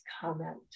comment